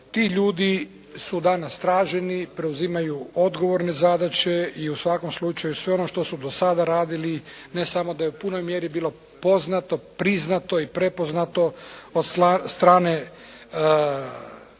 Ti ljudi su danas traženi, preuzimaju odgovorne zadaće i u svakom slučaju sve ono što su do sada radili ne samo da je u punoj mjeri bilo poznato, priznato i prepoznato od strane NATO-a